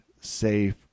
safe